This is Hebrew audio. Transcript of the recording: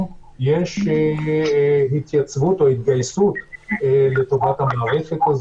יש התייצבות או התגייסות לטובת המערכת.